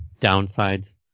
downsides